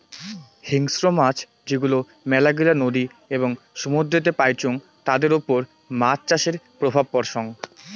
হিংস্র মাছ যেগুলো মেলাগিলা নদী এবং সমুদ্রেতে পাইচুঙ তাদের ওপর মাছ চাষের প্রভাব পড়সৎ